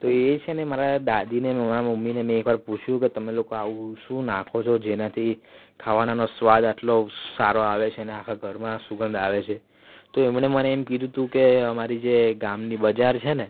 તો એ છે ને મારા દાદી અને મારા મમ્મીને મેં એકવાર પૂછ્યું કે તમે લોકો આવું શું નાખો છો જેનાથી ખાવાનાનો સ્વાદ આટલો સારો આવે છે અને આખા ઘરમાં સુંગધ આવે છે તો એમણે મને એમ કીધું હતું કે અમારી જે ગામની બજાર છે ને